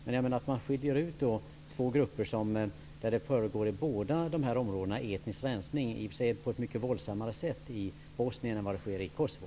Man skiljer ut två grupper från områden där det pågår etnisk rensning, i och för sig på ett mycket våldsammare sätt i Bosnien än i Kosovo.